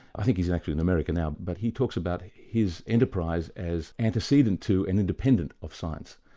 i think he's actually in america now, but he talks about his enterprise as anteceding to and independent of science.